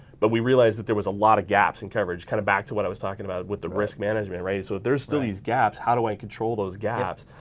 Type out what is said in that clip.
but we realized that there was a lot of gaps in coverage kind of back to what i was talking about with the risk management, right? so there's still these gaps how do i and control those gaps.